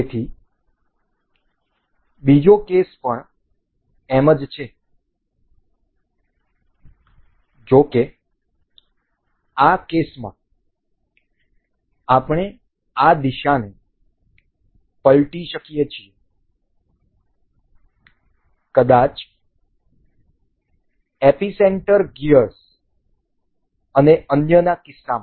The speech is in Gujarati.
તેથી બીજો કેસ પણ એમ જ છે જો કે આ કેસમાં આપણે આ દિશાને પલટી શકીએ છીએ કદાચ એપિસેન્ટર ગિયર્સ અને અન્યના કિસ્સામાં